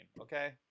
Okay